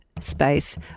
space